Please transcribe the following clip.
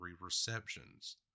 receptions